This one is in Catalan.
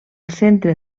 centre